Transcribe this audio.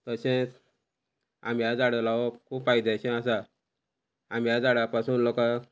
तशेंच आंब्या झाडां लावप खूब फायद्याचे आसा आंब्या झाडा पासून लोकांक